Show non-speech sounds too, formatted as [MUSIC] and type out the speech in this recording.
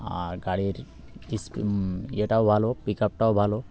আর গাড়ির [UNINTELLIGIBLE] ইয়েটাও ভালো পিক আপটাও ভালো